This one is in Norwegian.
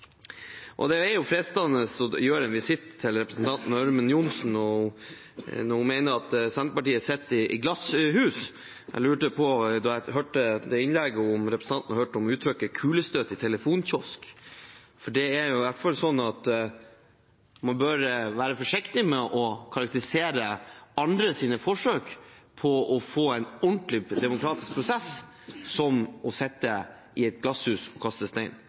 Det er fristende å avlegge representanten Ørmen Johnsen en visitt når hun mener at Senterpartiet sitter i glasshus. Da jeg hørte innlegget, lurte jeg på om hun hadde hørt om uttrykket «kulestøt i telefonkiosk». Man bør i hvert fall være forsiktig med å karakterisere andres forsøk på å få en ordentlig demokratisk prosess som å sitte i glasshus og kaste